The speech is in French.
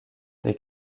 des